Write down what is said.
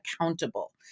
accountable